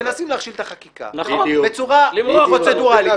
מנסים להכשיל את החקיקה בצורה פרוצדורלית.